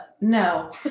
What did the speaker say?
no